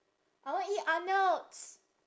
I want eat arnolds